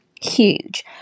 Huge